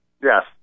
Yes